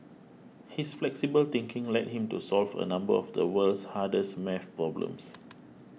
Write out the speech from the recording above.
his flexible thinking led him to solve a number of the world's hardest math problems